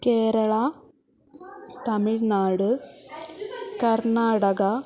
Kerala Tamil Nadu Karnataka